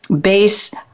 base